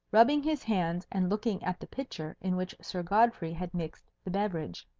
rubbing his hands and looking at the pitcher in which sir godfrey had mixed the beverage.